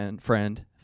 friend